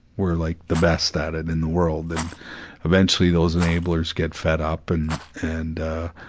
we're like the best at it in the world and eventually those enablers get fed up, and, and ah,